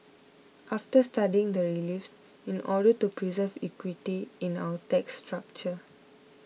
after studying the reliefs in order to preserve equity in our tax structure